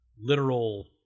literal